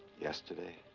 yesterday.